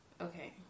okay